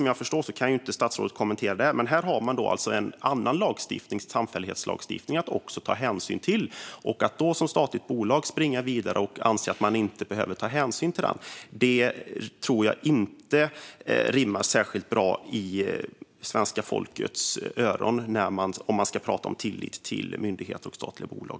Jag förstår att statsrådet inte kan kommentera detta fall, men här har man alltså en annan lagstiftning, samfällighetslagstiftning, att ta hänsyn till. Att man som statligt bolag springer vidare och anser att man inte behöver ta hänsyn till den tror jag inte låter särskilt bra i svenska folkets öron. Jag tror inte att det låter särskilt bra om man ska prata om tillit till myndigheter och statliga bolag.